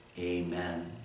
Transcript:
Amen